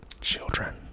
Children